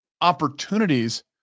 opportunities